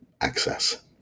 access